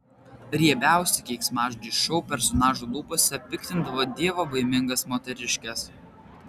riebiausi keiksmažodžiai šou personažų lūpose piktindavo dievobaimingas moteriškes